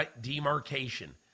demarcation